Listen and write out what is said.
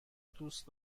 دوست